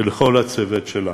ולכל הצוות שלה.